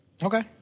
Okay